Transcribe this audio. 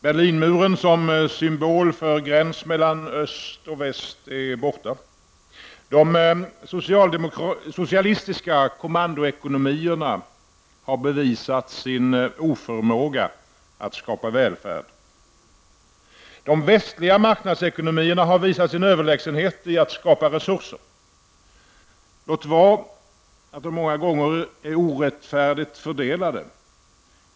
Berlinmuren som symbol för gräns mellan öst och väst är borta. De socialistiska kommandoekonomierna har bevisat sin oförmåga att skapa välfärd. De västliga marknadsekonomierna har visat sin överlägsenhet i att skapa resurser, låt vara att dessa resurser många gånger är orättfärdigt fördelade.